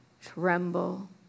Tremble